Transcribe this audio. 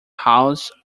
house